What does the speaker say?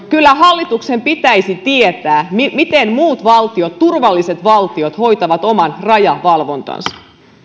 kyllä hallituksen pitäisi tietää miten miten muut valtiot turvalliset valtiot hoitavat oman rajavalvontansa